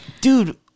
Dude